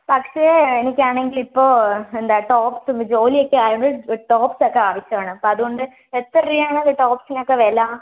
പക്ഷേ എനിക്കാണെങ്കിൽ ഇപ്പോൾ എന്താണ് ടോപ്പ്സ് ജോലി ഒക്കെ ആയത് ടോപ്പ് ഒക്കെ ആവശ്യമാണ് അപ്പോൾ അതുകൊണ്ട് എത്ര രൂപയാണ് ഒരു ടോപ്പ്സിനൊക്കെ വില